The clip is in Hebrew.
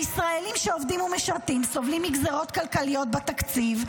הישראלים שעובדים ומשרתים סובלים מגזרות כלכליות בתקציב,